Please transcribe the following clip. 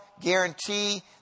guarantee